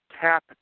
tap